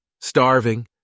Starving